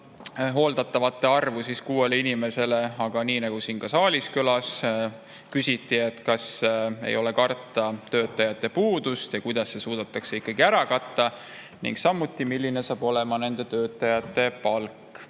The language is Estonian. hooldatavate arvu kuuele inimesele, aga nii nagu ka siin saalis kõlas, küsiti, ega ei ole karta töötajate puudust, kuidas [vajadus] suudetakse ikkagi ära katta ning milline saab olema nende töötajate palk.